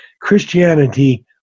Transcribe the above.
Christianity